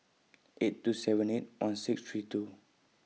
eight two seven eight one six three two